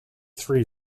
three